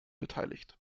beteiligt